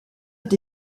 est